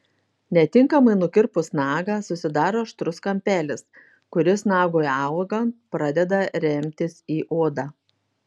netinkamai nukirpus nagą susidaro aštrus kampelis kuris nagui augant pradeda remtis į odą